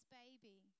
baby